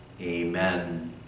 Amen